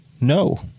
No